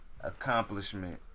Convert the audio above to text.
accomplishment